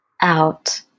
out